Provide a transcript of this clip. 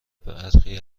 برخی